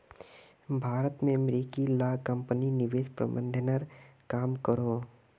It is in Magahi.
भारत में अमेरिकी ला कम्पनी निवेश प्रबंधनेर काम करोह